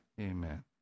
Amen